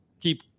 keep